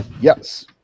Yes